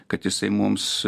kad jisai mums